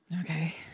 Okay